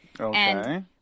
Okay